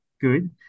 good